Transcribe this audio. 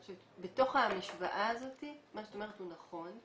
בתוך המשוואה הזאת, מה שאמרת הוא נכון.